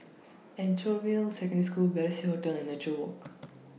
Anchorvale Secondary School Balestier Hotel and Nature Walk